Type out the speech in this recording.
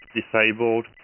disabled